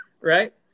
Right